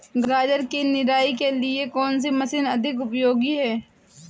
गाजर की निराई के लिए कौन सी मशीन अधिक उपयोगी है?